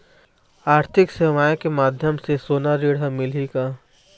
आरथिक सेवाएँ के माध्यम से सोना ऋण हर मिलही का?